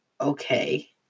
Okay